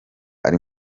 ari